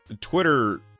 twitter